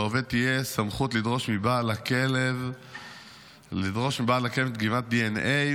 לעובד תהיה סמכות לדרוש מבעל הכלב דגימת דנ"א,